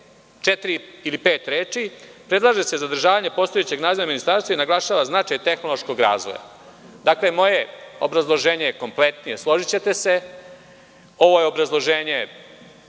četiri ili pet reči – predlaže se zadržavanje postojećeg naziva ministarstva i naglašava značaj tehnološkog razvoja. Dakle, moje obrazloženje je kompletnije, složićete se, ovo je obrazloženje